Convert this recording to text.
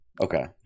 Okay